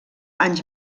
anys